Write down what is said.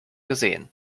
gesehen